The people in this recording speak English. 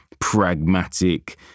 pragmatic